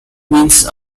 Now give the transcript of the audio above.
means